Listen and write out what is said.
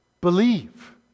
believe